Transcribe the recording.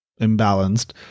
imbalanced